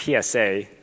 PSA